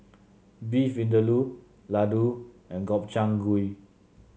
Beef Vindaloo Ladoo and Gobchang Gui